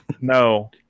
no